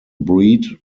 breed